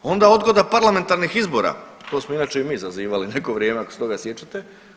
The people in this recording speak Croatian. Onda odgoda parlamentarnih izbora, to smo inače i mi zazivali neko vrijeme ako se toga sjećate.